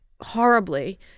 horribly